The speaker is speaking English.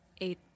Eight